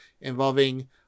involving